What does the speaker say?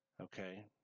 Okay